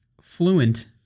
fluent